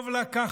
טוב לה ככה.